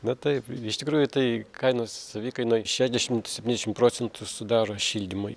na taip iš tikrųjų tai kainos savikainai šešiasdešimt septyniasdešimt procentų sudaro šildymui